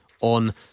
On